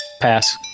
Pass